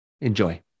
Enjoy